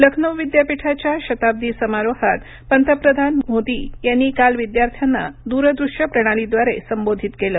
लखनऊ विद्यापीठाच्या शताब्दी समारोहात पंतप्रधान मोदी यांनी आज विद्यार्थ्यांना दूरदृश्यप्रणालीद्वारे संबोधीत केलं